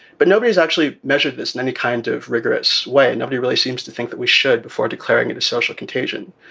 but nobody is actually measured this and any kind of rigorous way. nobody really seems to think that we should before declaring it a social contagion.